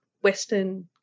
Western